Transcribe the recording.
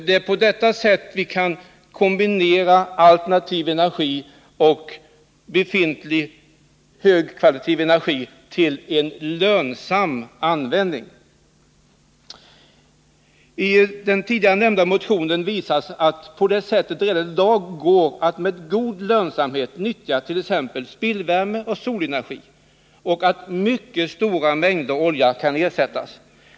Det är på detta sätt vi kan kombinera alternativ energi och befintlig högkvalitativ energi till en lönsam användning. I den tidigare nämnda motionen visas att det redan i dag går att med god lönsamhet nyttja t.ex. spillvärme och solenergi och att mycket stora mängder olja kan ersättas.